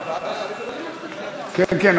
כן,